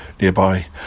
nearby